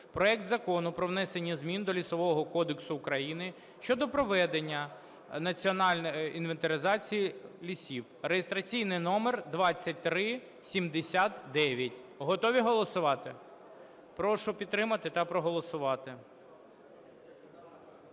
проект Закону про внесення змін до Лісового кодексу України щодо проведення національної інвентаризації лісів (реєстраційний номер 2379). Готові голосувати? Прошу підтримати та проголосувати.